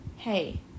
Hey